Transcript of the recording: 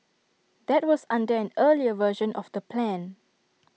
that was under an earlier version of the plan